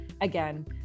again